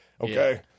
Okay